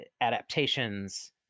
adaptations